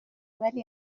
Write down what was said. ولی